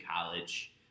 college